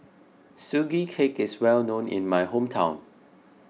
Sugee Cake is well known in my hometown